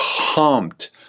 pumped